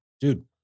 dude